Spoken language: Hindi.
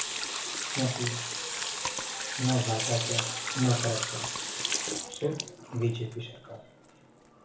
क्योंकि नो भ्रष्टाचार नो करप्शन सिर्फ बी जे पी सरकार